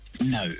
No